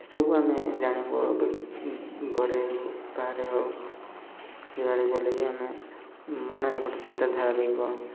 ଏସବୁ ଆମେ ଜାଣିବୁ ଘରେ ହେଉ ବାହାରେ ହେଉ ଯୁଆଡେ ଗଲେ ବି ଆମେ ମନରେ ଗୋଟେ ଚିନ୍ତାଧାରା ରହିବ